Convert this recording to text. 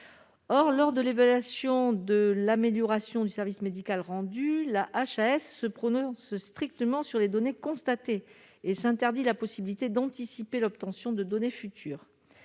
or lors de l'évaluation de l'amélioration du service médical rendu la HS se prononce ce strictement sur les données constater et s'interdit la possibilité d'anticiper l'obtention de données futur